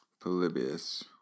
Polybius